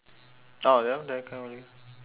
orh ya then can already